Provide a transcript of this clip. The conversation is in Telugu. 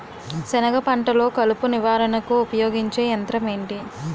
సెనగ పంటలో కలుపు నివారణకు ఉపయోగించే యంత్రం ఏంటి?